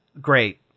great